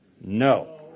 No